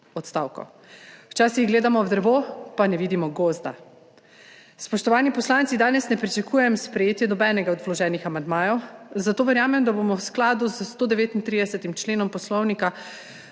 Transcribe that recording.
odstavkov. Včasih gledamo v drevo, pa ne vidimo gozda. Spoštovani poslanci, danes ne pričakujem sprejetja nobenega od vloženih amandmajev, zato verjamem, da bomo v skladu s 139. členom Poslovnika